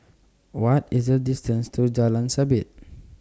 What IS The distance to Jalan Sabit